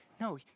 No